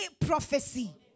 prophecy